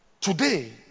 today